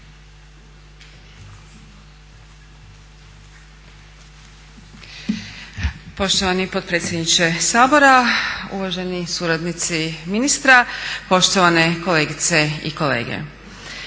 Poštovani potpredsjedniče Sabora, uvaženi suradnici ministra, poštovane kolegice i kolege.